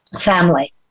family